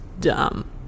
dumb